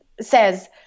says